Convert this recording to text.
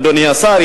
אדוני השר,